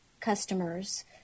customers